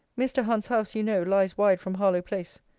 mr. hunt's house, you know, lies wide from harlowe-place.